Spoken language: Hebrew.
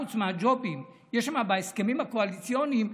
חוץ מהג'ובים שיש שם בהסכמים הקואליציוניים,